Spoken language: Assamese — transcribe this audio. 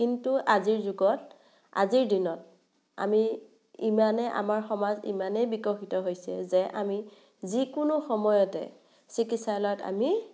কিন্তু আজিৰ যুগত আজিৰ দিনত আমি ইমানেই আমাৰ সমাজ ইমানেই বিকশিত হৈছে যে আমি যিকোনো সময়তে চিকিৎসালয়ত আমি